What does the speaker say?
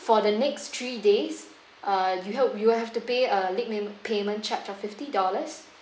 for the next three days uh you have you will have to pay a late mem~ payment charge of fifty dollars